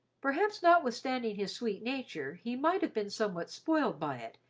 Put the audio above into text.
perhaps, notwithstanding his sweet nature, he might have been somewhat spoiled by it,